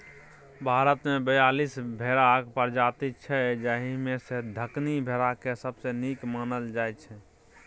भारतमे बीयालीस भेराक प्रजाति छै जाहि मे सँ दक्कनी भेराकेँ सबसँ नीक मानल जाइ छै